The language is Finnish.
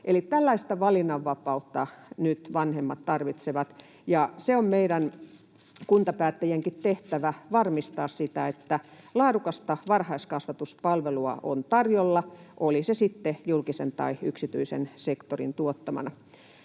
tällaista valinnanvapautta nyt vanhemmat tarvitsevat, ja on meidän kuntapäättäjienkin tehtävä varmistaa sitä, että laadukasta varhaiskasvatuspalvelua on tarjolla, oli se sitten julkisen tai yksityisen sektorin tuottamana,